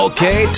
Okay